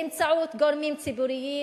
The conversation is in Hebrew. באמצעות גורמים ציבוריים,